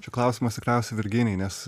čia klausimas tikriausiai virginijai nes